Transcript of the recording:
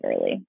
early